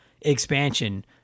expansion